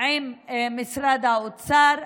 עם משרד האוצר.